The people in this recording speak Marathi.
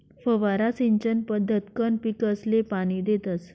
फवारा सिंचन पद्धतकंन पीकसले पाणी देतस